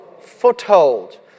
foothold